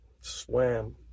swam